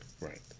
Right